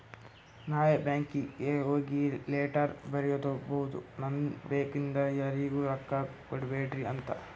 ನಾವೇ ಬ್ಯಾಂಕೀಗಿ ಹೋಗಿ ಲೆಟರ್ ಬರಿಬೋದು ನಂದ್ ಚೆಕ್ ಇಂದ ಯಾರಿಗೂ ರೊಕ್ಕಾ ಕೊಡ್ಬ್ಯಾಡ್ರಿ ಅಂತ